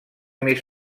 més